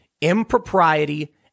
Impropriety